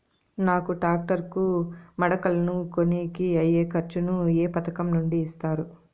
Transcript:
నాకు టాక్టర్ కు మడకలను కొనేకి అయ్యే ఖర్చు ను ఏ పథకం నుండి ఇస్తారు?